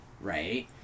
right